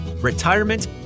retirement